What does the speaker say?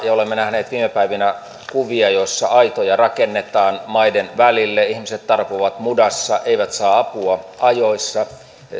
ja olemme nähneet viime päivinä kuvia joissa aitoja rakennetaan maiden välille ihmiset tarpovat mudassa eivät saa apua ajoissa